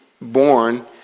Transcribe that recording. born